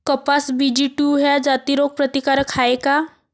कपास BG two ह्या जाती रोग प्रतिकारक हाये का?